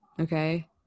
okay